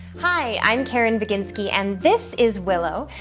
hi i'm caren baginski, and this is willow,